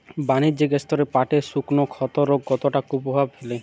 বাণিজ্যিক স্তরে পাটের শুকনো ক্ষতরোগ কতটা কুপ্রভাব ফেলে?